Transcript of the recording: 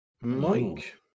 Mike